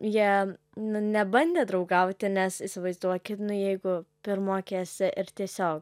jie n nebandė draugauti nes įsivaizduoki jeigu pirmokė esi ir tiesio